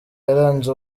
yaranze